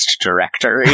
directory